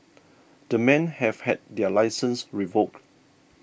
the men have had their licences revoked